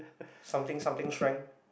something something strength